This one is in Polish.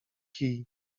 kij